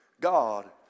God